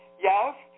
Yes